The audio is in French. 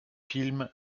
film